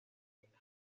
isla